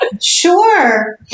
Sure